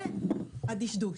הזה זה הדשדוש,